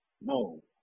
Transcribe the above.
No